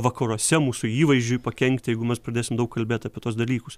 vakaruose mūsų įvaizdžiui pakenkti jeigu mes pradėsim daug kalbėt apie tuos dalykus